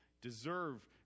deserve